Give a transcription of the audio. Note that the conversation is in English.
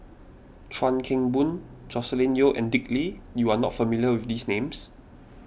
Chuan Keng Boon Joscelin Yeo and Dick Lee you are not familiar with these names